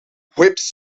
whips